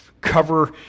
cover